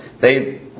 they-